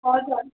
हजुर